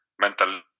mental